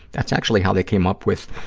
that's actually how they came up with